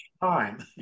time